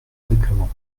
règlement